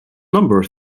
number